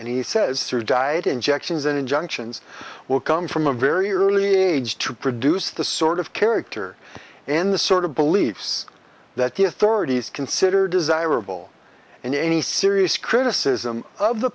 and he says through diet injections that injunctions will come from a very early age to produce the sort of character and the sort of beliefs that the authorities consider desirable and any serious criticism of the